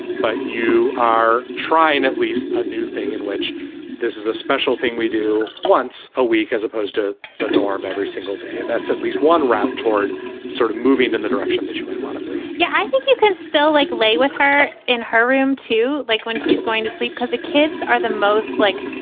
but you are trying at least a new thing in which this is a special thing we do once a week, as opposed to the norm every single day. and that's at least one route toward sort of moving in the direction that she might want to yeah, i think you can still, like, lay with her in her room, too. like, when she's going to sleep because the kids are the most, like,